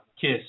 Kiss